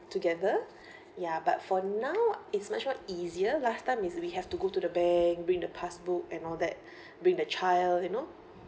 together ya but for now it's much more easier last time is we have to go to the bank bring the passbook and all that bring the child you know